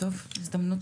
זאת הזדמנות